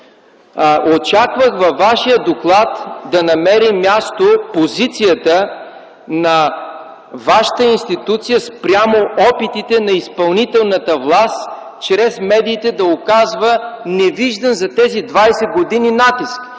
Очаквах във вашия доклад да намери място позицията на вашата институция спрямо опитите на изпълнителната власт чрез медиите да оказва невиждан, за тези 20 години, натиск.